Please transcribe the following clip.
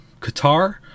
Qatar